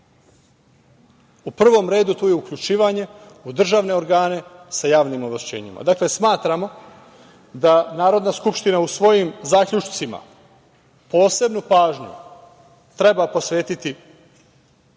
U prvom redu to je uključivanje u državne organe sa javnim ovlašćenjima. Dakle, smatramo da Narodna skupština u svojim zaključcima posebnu pažnju treba posvetiti